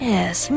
Yes